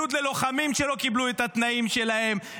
בציוד ללוחמים שלא קיבלו את התנאים שלהם,